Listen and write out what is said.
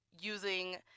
using